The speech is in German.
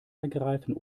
ergreifen